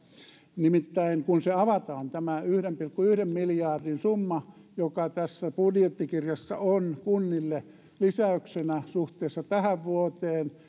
nimittäin kun avataan tämä yhden pilkku yhden miljardin summa joka tässä budjettikirjassa on kunnille lisäyksenä suhteessa tähän vuoteen